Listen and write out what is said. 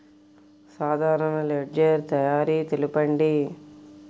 సాధారణ లెడ్జెర్ తయారి తెలుపండి?